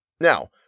Now